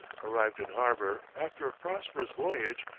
arrived in harbour, after a prosperous voyage,